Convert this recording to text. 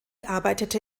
arbeitete